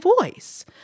voice